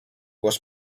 was